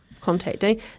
contacting